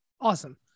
Awesome